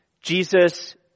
Jesus